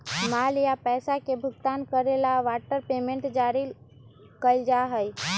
माल या पैसा के भुगतान करे ला वारंट पेमेंट जारी कइल जा हई